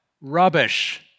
Rubbish